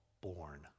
born